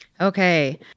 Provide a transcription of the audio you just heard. Okay